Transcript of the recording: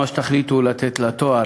איזה תואר שתחליטו לתת לו,